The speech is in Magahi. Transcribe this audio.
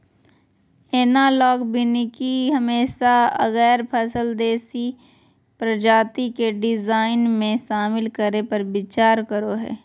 एनालॉग वानिकी हमेशा गैर फसल देशी प्रजाति के डिजाइन में, शामिल करै पर विचार करो हइ